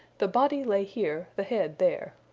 the body lay here, the head there.